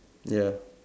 ya